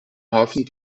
hafen